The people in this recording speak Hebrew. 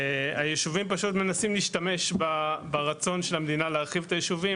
הישובים פשוט מנסים להשתמש ברצון של המדינה להרחיב את הישובים